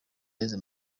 yaheze